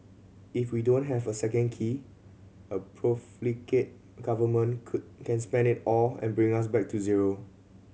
if we don't have a second key a profligate Government could can spend it all and bring us back to zero